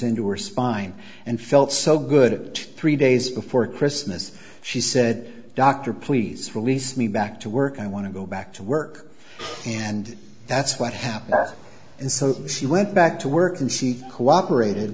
into her spine and felt so good three days before christmas she said dr please release me back to work i want to go back to work and that's what happened and so she went back to work and she cooperated